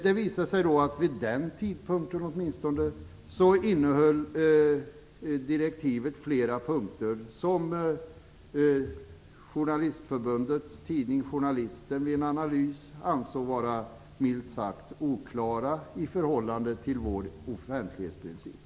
Det visade sig då att direktivet, åtminstone vid den tidpunkten, innehöll flera punkter som Journalistförbundets tidning Journalisten vid en analys ansåg vara minst sagt oklara i förhållande till vår offentlighetsprincip.